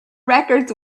records